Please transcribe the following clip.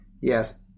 Yes